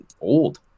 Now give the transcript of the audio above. old